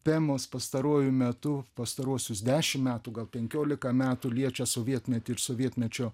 temos pastaruoju metu pastaruosius dešimt metų gal penkiolika metų liečia sovietmetį ir sovietmečio